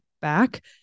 back